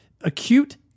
acute